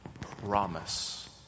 Promise